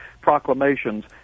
proclamations